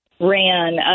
ran